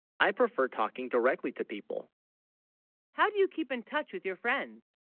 i? prefer talking directly to people how, do you keep in touch with your friends